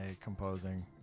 composing